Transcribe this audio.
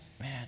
man